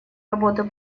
работу